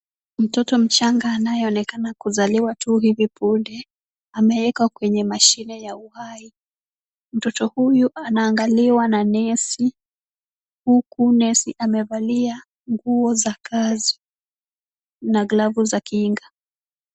Mtoto mchanga anayeonekana kuzaliwa tu hivi punde, amewekwa kwenye mashine ya uhai. Mtoto huyo anaangaliwa na nesi, huku nesi amevalia nguo za kazi na glavu za kinga.